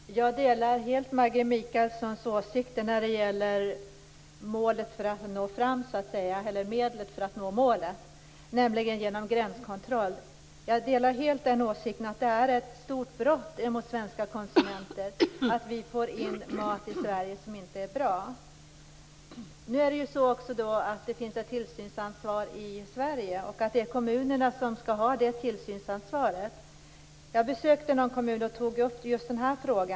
Fru talman! Jag delar helt Maggie Mikaelssons åsikter att gränskontroll är medlet för att nå målet och att det är ett stort brott mot svenska konsumenter att vi i Sverige får in mat som inte är bra. Det finns ett tillsynsansvar i Sverige, och detta utövas av kommunerna. Jag har besökt en kommun och tagit upp just denna fråga.